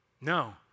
No